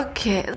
Okay